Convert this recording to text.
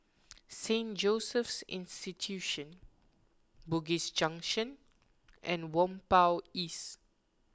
Saint Joseph's Institution Bugis Junction and Whampoa East